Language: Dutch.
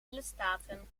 lidstaten